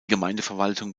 gemeindeverwaltung